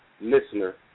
listener